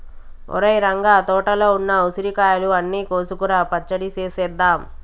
ఒరేయ్ రంగ తోటలో ఉన్న ఉసిరికాయలు అన్ని కోసుకురా పచ్చడి సేసేద్దాం